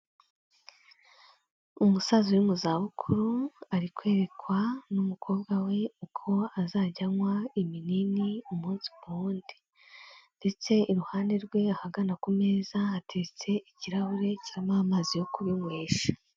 Umusaza uri mu zabukuru, ari kwerekwa n'umukobwa we uko azajya anywa ibinini umunsi ku wundi ndetse iruhande rwe ahagana ku meza hateretse ikirahure kirimo amazi yo kubinywesha.